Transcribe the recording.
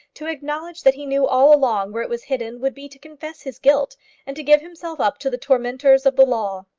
to acknowledge that he knew all along where it was hidden would be to confess his guilt and to give himself up to the tormentors of the law.